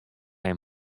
him